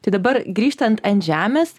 tai dabar grįžtant ant žemės